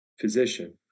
physician